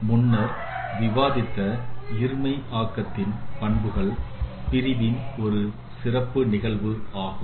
நாம் முன்னர் விவாதித்த இருமை ஆக்கத்தின் பண்புகள் பிரிவின் ஒரு சிறப்பு நிகழ்வு ஆகும்